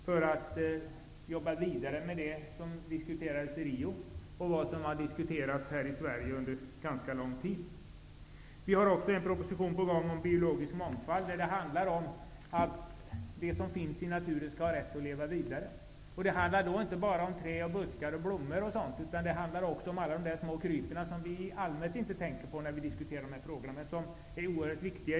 Här handlar det om att jobba vidare med det som diskuterades i Rio och även om sådant som diskuterats här i Sverige under ganska lång tid. Vidare har vi en proposition på gång som gäller biologisk mångfald. Det som finns i naturen skall ha rätt att leva vidare. Det rör sig då inte bara om träd, buskar, blommor osv. utan också om alla småkryp som vi i allmänhet inte tänker på i diskussionerna men som är oerhört viktiga.